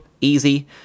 Easy